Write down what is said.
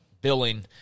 billing